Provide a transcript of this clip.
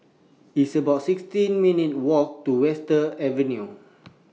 It's about sixty minutes' Walk to Western Avenue